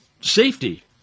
safety